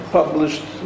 published